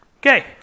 Okay